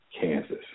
Kansas